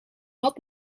had